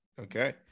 Okay